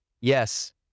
Yes